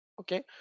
Okay